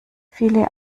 viele